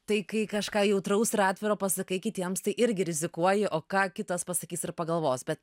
tai kai kažką jautraus ir atviro pasakai kitiems tai irgi rizikuoji o ką kitas pasakys ar pagalvos bet